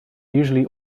usually